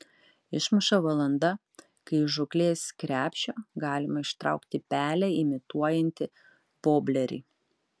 išmuša valanda kai iš žūklės krepšio galime ištraukti pelę imituojantį voblerį